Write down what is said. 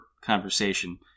conversation